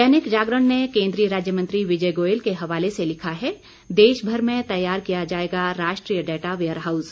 दैनिक जागरण ने केंद्रीय राज्य मंत्री विजय गोयल के हवाले से लिखा है देशभर में तैयार किया जाएगा राष्ट्रीय डाटा वेयरहाऊस